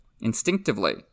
instinctively